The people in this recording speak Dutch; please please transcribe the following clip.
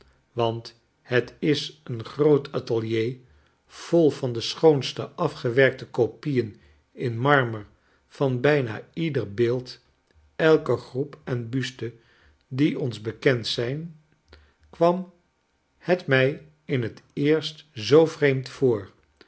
want het is een groot atelier vol van de schoonste afgewerkte kopieen in marmer van bijna ieder beeld elke groep en buste die ons bekend zijn kwam het mij in heteerstzoo vreemd voor